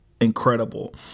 incredible